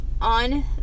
on